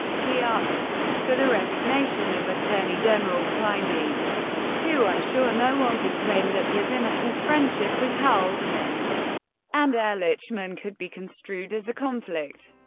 he asked for the resignation of attorney general kleindienst, to ensure no one could claim that his innocent friendship with haldeman and ehrlichman could be construed as a conflict.